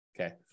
Okay